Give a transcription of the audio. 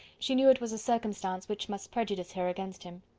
she knew it was a circumstance which must prejudice her against him.